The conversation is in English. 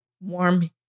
warm